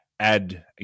add